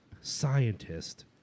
scientist